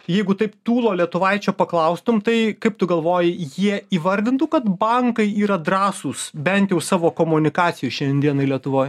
jeigu taip tūlo lietuvaičio paklaustum tai kaip tu galvoji jie įvardintų kad bankai yra drąsūs bent jau savo komunikacija šiandienai lietuvoj